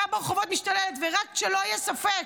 והפשיעה ברחובות משתוללת, ורק שלא יהיה ספק: